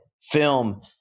film